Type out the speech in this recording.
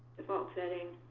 default settings.